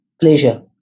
pleasure